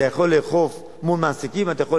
אתה יכול לאכוף מול מעסיקים ואתה יכול